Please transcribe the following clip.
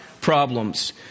problems